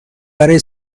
برای